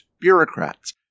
bureaucrats